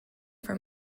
for